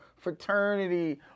fraternity